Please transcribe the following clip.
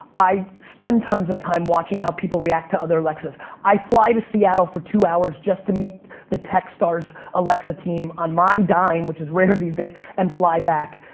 i spend tons of time watching how people react to other alexas. i fly to seattle for two hours just to meet the tech stars alexa team on my dime, which is rare these days, and fly back.